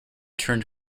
turned